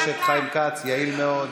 יש את חיים כץ, יעיל מאוד.